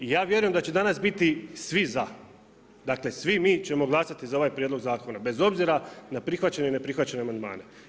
I ja vjerujem da će danas biti svi za, dakle svi mi ćemo glasati za ovaj prijedlog zakona bez obzira na prihvaćene ili ne prihvaćene amandmane.